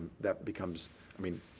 that becomes i mean,